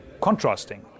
contrasting